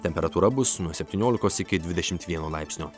temperatūra bus nuo septyniolikos iki dvidešimt vieno laipsnio